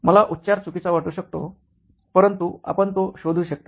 मला उच्चार चुकीचा वाटू शकतो परंतु आपण तो शोधू शकता